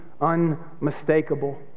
unmistakable